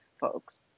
folks